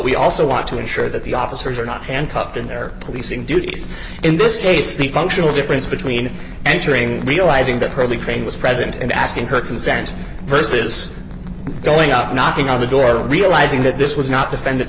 we also want to ensure that the officers are not handcuffed in their policing duties in this case the functional difference between entering realizing that probably crane was present and asking her consent versus going up knocking on the door realizing that this was not defend it